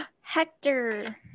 Hector